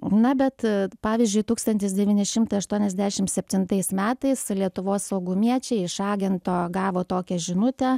na bet pavyzdžiui tūkstantis devyni šimtai aštuoniasdešimt septintais metais lietuvos saugumiečiai iš agento gavo tokią žinutę